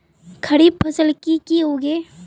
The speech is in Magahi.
खरीफ फसल की की उगैहे?